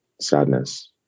sadness